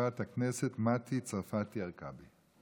חברת הכנסת מטי צרפתי הרכבי.